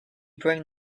bring